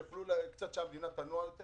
כדי שהם יוכלו לגרום לכך